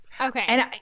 Okay